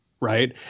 right